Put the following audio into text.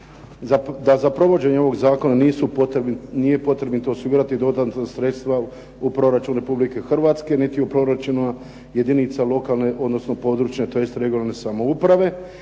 za provođenje ovog zakona nije potrebito osigurati dodatna sredstva u proračun Republike Hrvatske, niti u proračun jedinica lokalne, odnosno područne tj. regionalne samouprave